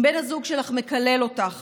אם בן הזוג שלך מקלל אותך,